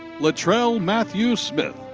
latrell matthew smith.